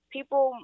People